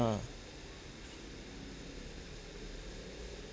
ah